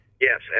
Yes